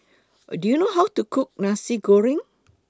Do YOU know How to Cook Nasi Goreng